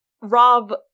Rob